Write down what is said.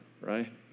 right